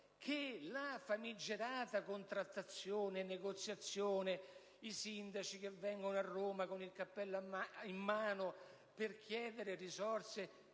La famigerata contrattazione, o negoziazione, con i sindaci che vengono a Roma con il cappello in mano per chiedere risorse